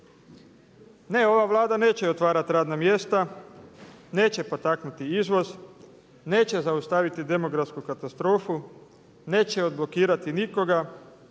Ne ova Vlada neće otvarati radna mjesta, neće potaknuti izvoz, neće zaustaviti demografsku katastrofu, neće odblokirati nikoga,